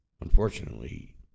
Unfortunately